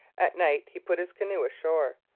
at night he pulled his canoe ashore,